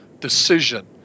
decision